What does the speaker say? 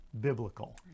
biblical